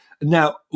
Now